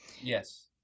Yes